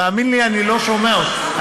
תאמין לי, אני לא שומע אותך.